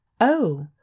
Oh